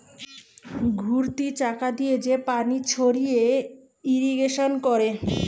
ঘুরতি চাকা দিয়ে যে পানি ছড়িয়ে ইরিগেশন করে